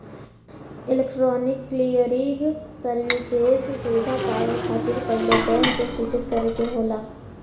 electronic clearing services सुविधा पावे खातिर पहिले बैंक के सूचित करे के होला